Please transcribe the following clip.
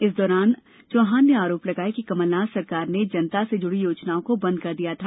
इस दौरान चौहान ने आरोप लगाए कि कमलनाथ सरकार ने जनता से जुड़ी योजनाओं को बंद कर दिया था